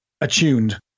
attuned